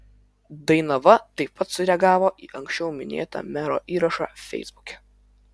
dainava taip pat sureagavo į anksčiau minėtą mero įrašą feisbuke